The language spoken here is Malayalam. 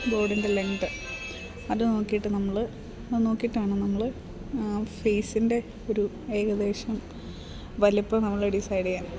ബോഡിൻ്റെ ലെങ്ത്ത് അത് നോക്കിയിട്ട് നമ്മൾ അതു നോക്കിയിട്ടാണ് നമ്മൾ ഫേസിൻ്റെ ഒരു ഏകദേശം വലിപ്പം നമ്മൾ ഡിസൈഡ് ചെയ്യുക